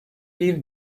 bir